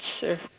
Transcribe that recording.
sir